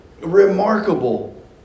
remarkable